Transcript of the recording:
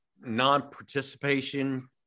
non-participation